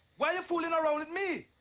why are you fooling around with me?